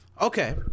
Okay